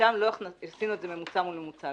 ושם עשינו את זה ממוצע מול ממוצע,